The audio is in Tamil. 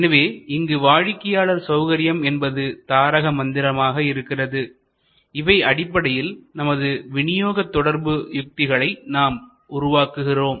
எனவே இங்கு வாடிக்கையாளர் சௌகரியம் என்பது தாரக மந்திரமாக இருக்கிறது இவை அடிப்படையில் நமது விநியோக தொடர்பு யுக்திகளை நாம் உருவாக்குகிறோம்